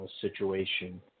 situation